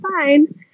fine